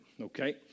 okay